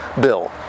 bill